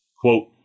Quote